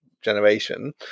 generation